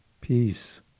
peace